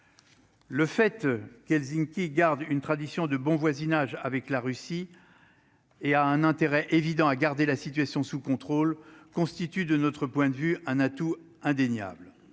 le fait qu'Helsinki garde une tradition de bon voisinage avec la Russie et a un intérêt évident à garder la situation sous contrôle constitue de notre point de vue un atout indéniable,